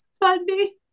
funny